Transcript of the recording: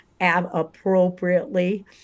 appropriately